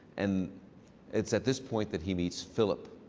and it's at this point that he meets philip,